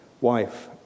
wife